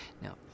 Now